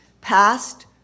past